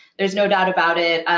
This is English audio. there's no doubt about it.